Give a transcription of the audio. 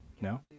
no